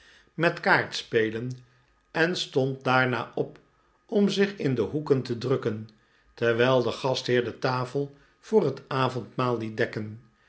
met kaartspelen en stond daarna op om zich in de hoeken te drukken terwijl de gastheer de tafel voor het avondmaal liet dekke'n